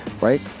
right